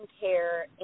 care